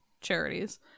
charities